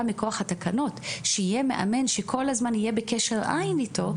מכוח התקנות שיהיה מאמן שכל הזמן יהיה בקשר עין איתו,